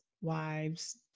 wives